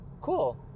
Cool